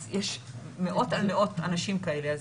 אז יש מאות על מאות אנשים כאלה.